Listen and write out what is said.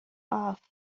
off